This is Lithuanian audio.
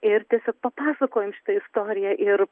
ir tiesiog papasakojom šitą istoriją ir